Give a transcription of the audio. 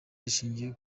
rishingiye